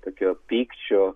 tokio pykčio